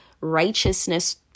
righteousness